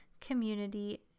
community